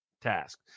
task